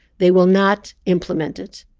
they will not implement it.